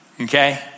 okay